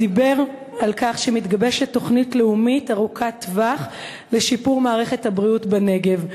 אמר שמתגבשת תוכנית לאומית ארוכת טווח לשיפור מערכת הבריאות בנגב.